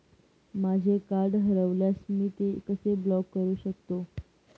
माझे कार्ड हरवल्यास मी ते कसे ब्लॉक करु शकतो?